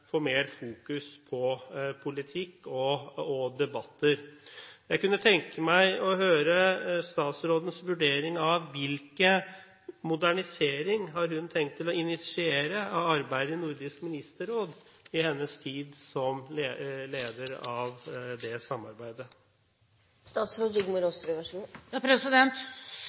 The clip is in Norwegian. få mer fokus på politikk og debatter. Jeg kunne tenke meg å få høre statsrådens vurdering av hvilken modernisering hun har tenkt å initiere av arbeidet i Nordisk Ministerråd i hennes tid som leder av det samarbeidet.